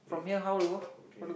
eh okay